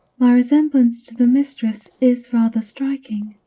my resemblance to the mistress is rather striking.